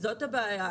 זאת הבעיה.